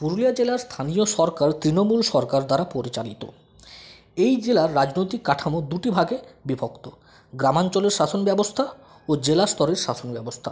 পুরুলিয়া জেলার স্থানীয় সরকার তৃণমূল সরকার দ্বারা পরিচালিত এই জেলার রাজনৈতিক কাঠামো দুটি ভাগে বিভক্ত গ্রামাঞ্চলের শাসন ব্যবস্থা ও জেলা স্তরের শাসন ব্যবস্থা